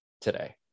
today